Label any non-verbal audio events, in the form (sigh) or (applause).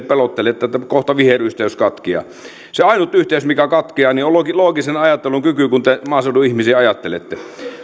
(unintelligible) pelottelette että kohta viheryhteys katkeaa se ainut yhteys mikä katkeaa on loogisen ajattelun kyky kun te maaseudun ihmisiä ajattelette